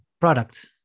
product